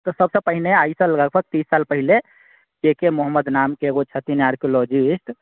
तऽ सभसँ पहिने आइसँ लगभग तीस साल पहिले के के मोहम्मद नामके एगो छथिन आर्कोलॉजिस्ट